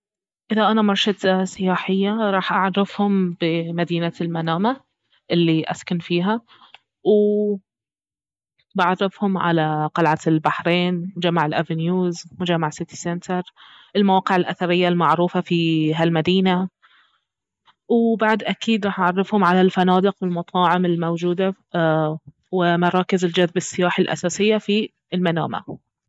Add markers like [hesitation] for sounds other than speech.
اذا انا مرشدة سياحية راح اعرفهم بمدينة المنامة الي اسكن فيها [hesitation] وبعرفهم على قلعة البحرين مجمع الافنيوز مجمع سيتي سنتر المواقع الاثرية المعروفة في هالمدينة وبعد اكيد راح اعرفهم على الفنادق والمطاعم الموجودة ومراكز الجذب السياحي الاساسية في المنامة